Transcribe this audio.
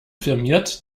firmiert